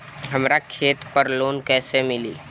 हमरा खेत पर लोन कैसे मिली?